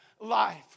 life